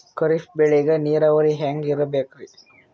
ಖರೀಫ್ ಬೇಳಿಗ ನೀರಾವರಿ ಹ್ಯಾಂಗ್ ಇರ್ಬೇಕರಿ?